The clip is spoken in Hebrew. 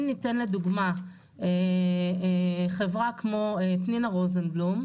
אם ניתן לדוגמה חברה כמו פנינה רוזנבלום,